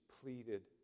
pleaded